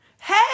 hey